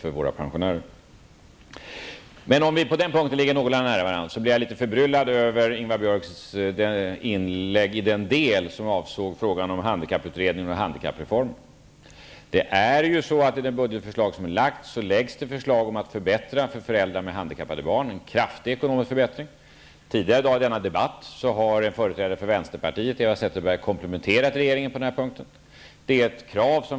Vi ligger någorlunda nära varandra på den här punkten, men jag blev litet förbryllad över Ingvar Björks inlägg i den del som avsåg frågan om handikapputredning och handikappreformer. I det budgetförslag som har lagts fram föreslås ju en kraftig ekonomisk förbättring för föräldrar med handikappade barn. Tidigare i dag i denna debatt har en företrädare för vänsterpartiet, Eva Zetterberg, komplimenterat regeringen på denna punkt.